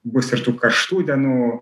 bus ir tų karštų dienų